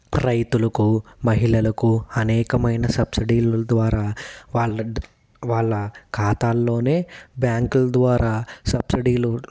రైతులకు మహిళలకు అనేకమైన సబ్సిడీల ద్వారా వాళ్ళ వాళ్ళ ఖాతాల్లోనే బ్యాంకుల ద్వారా సబ్సిడీలు